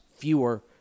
fewer